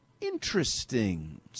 Interesting